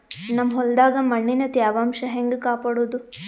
ನಮ್ ಹೊಲದಾಗ ಮಣ್ಣಿನ ತ್ಯಾವಾಂಶ ಹೆಂಗ ಕಾಪಾಡೋದು?